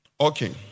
Okay